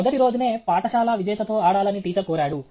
మొదటి రోజునే పాఠశాల విజేత తో ఆడాలని టీచర్ కోరాడు